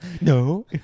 No